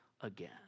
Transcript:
again